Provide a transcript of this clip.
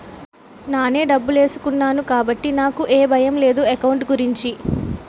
నానే డబ్బులేసుకున్నాను కాబట్టి నాకు ఏ భయం లేదు ఎకౌంట్ గురించి